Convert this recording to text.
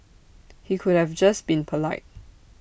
he could have just been polite